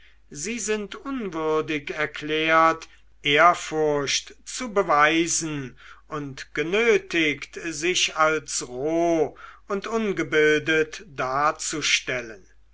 sie sind unwürdig erklärt ehrfurcht zu beweisen und genötigt sich als roh und ungebildet darzustellen